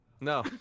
No